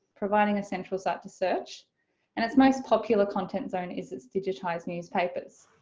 providing a central site to search and it's most popular content zone is it's digitized newspapers.